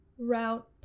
route